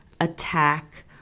attack